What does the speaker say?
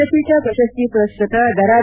ಜ್ವಾನಪೀಠ ಪ್ರಶಸ್ತಿ ಪುರಸ್ಕತ ದ